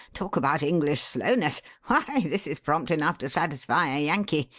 talk about english slowness. why, this is prompt enough to satisfy a yankee.